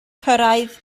cyrraedd